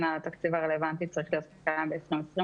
התקציב הרלוונטי צריך להיות קיים ב-2020,